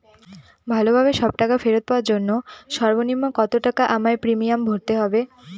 ভালোভাবে সব টাকা ফেরত পাওয়ার জন্য সর্বনিম্ন কতটাকা আমায় প্রিমিয়াম ভরতে হবে?